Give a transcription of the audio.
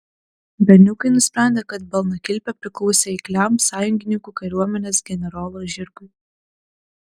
berniukai nusprendė kad balnakilpė priklausė eikliam sąjungininkų kariuomenės generolo žirgui